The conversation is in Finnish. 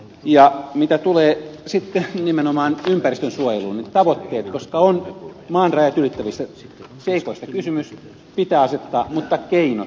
ja mitä tulee sitten nimenomaan ympäristönsuojeluun niin tavoitteet pitää asettaa koska on maan rajat ylittävistä seikoista kysymys mutta keinot pitää asettaa kansallisella tasolla